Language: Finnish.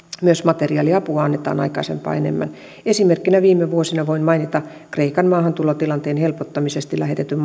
myös materiaaliapua annetaan aikaisempaa enemmän esimerkkinä viime vuosilta voin mainita kreikan maahantulotilanteen helpottamiseksi lähetetyn